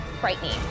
frightening